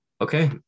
okay